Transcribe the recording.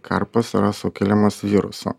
karpos yra sukeliamas viruso